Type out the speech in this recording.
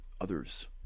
others